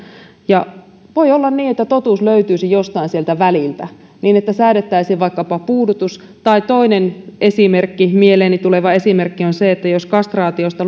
ja voi olla niin että totuus löytyisi jostain sieltä väliltä niin että säädettäisiin vaikkapa puudutus tai toinen mieleeni tuleva esimerkki on se että jos kastraatiosta